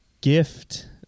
gift